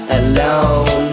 alone